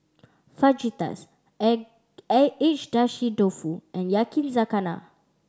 Fajitas Agedashi Dofu and Yakizakana